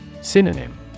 Synonym